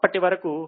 అప్పటివరకు